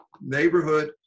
neighborhood